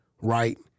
right